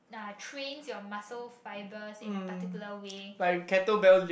are trains your muscle fibers in the particular way